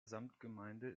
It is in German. samtgemeinde